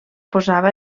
posava